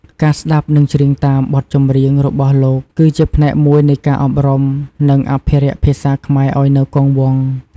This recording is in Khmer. ការស្ដាប់និងច្រៀងតាមបទចម្រៀងរបស់លោក គឺជាផ្នែកមួយនៃការអប់រំ និងអភិរក្សភាសាខ្មែរឲ្យនៅគង់វង្ស ។